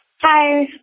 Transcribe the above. Hi